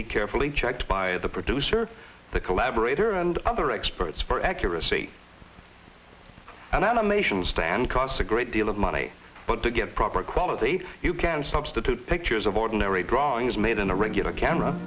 be carefully checked by the producer the collaborator and other experts for accuracy and animations than costs a great deal of money but to get proper quality you can substitute pictures of ordinary drawings made in a regular camera